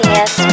Yes